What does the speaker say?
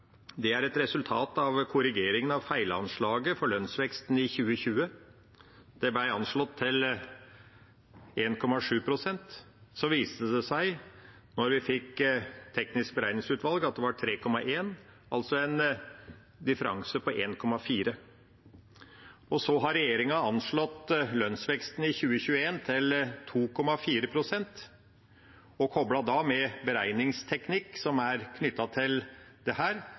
det er et resultat av korrigeringen av feilanslaget for lønnsveksten i 2020. Det ble anslått til 1,7 pst. Så viste det seg, da vi fikk Teknisk beregningsutvalg, at det var 3,1 – altså en differanse på 1,4. Så har regjeringen anslått lønnsveksten i 2021 til 2,4 pst., og koblet med beregningsteknikk som er knyttet til dette, vil 2,4 og 1,4 gi 3,83. Det